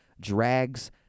drags